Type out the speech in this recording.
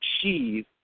achieve